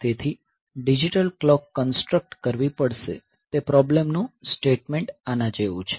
તેથી digital clock construct કરવી પડશે તે પ્રોબ્લેમ નું સ્ટેટમેન્ટ આના જેવું છે